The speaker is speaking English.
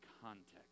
context